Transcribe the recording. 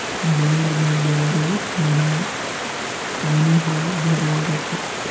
बांध म बारो महिना पानी हर भरे रथे